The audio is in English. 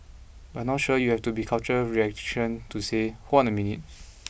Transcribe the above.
but not sure you have to be cultural reaction to say hold on a minute